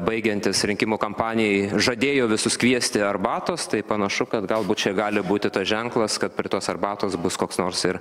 baigiantis rinkimų kampanijai žadėjo visus kviesti arbatos tai panašu kad galbūt čia gali būti tas ženklas kad prie tos arbatos bus koks nors ir